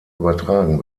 übertragen